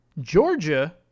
Georgia